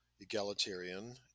egalitarian